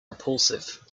repulsive